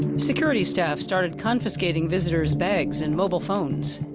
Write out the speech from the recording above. security staff started confiscating visitors' bags and mobile phones.